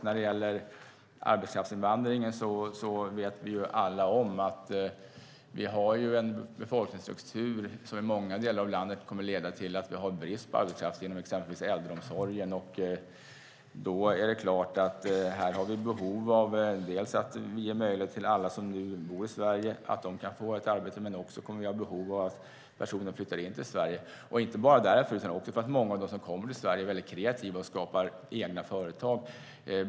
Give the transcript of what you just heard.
När det gäller arbetskraftsinvandringen vet vi alla att vi har en befolkningsstruktur som i många delar av landet kommer att leda till brist på arbetskraft inom exempelvis äldreomsorgen. Vi behöver således ge möjlighet till alla som nu bor i Sverige att få ett arbete, men vi kommer också att ha behov av att människor flyttar till Sverige. Dessutom är många som kommer hit kreativa och skapar egna företag.